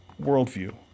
worldview